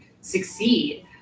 succeed